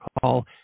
call